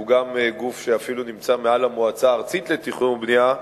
שהוא גם גוף שאפילו נמצא מעל המועצה הארצית לתכנון ובנייה,